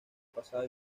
pasado